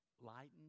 lighten